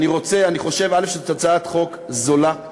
אני חושב שזאת הצעת חוק זולה.